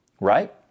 right